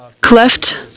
cleft